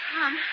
Mom